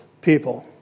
people